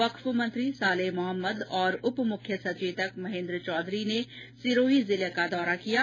वक्फ मंत्री सालेह मोहम्मद और उप मुख्य सचेतक महेंद्र चौधरी सिरोही जिले के दौरे पर रहे